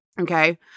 Okay